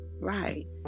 Right